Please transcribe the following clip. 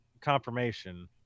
confirmation